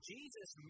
Jesus